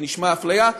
זה נשמע אפליה,